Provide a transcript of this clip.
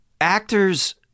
actors